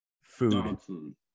food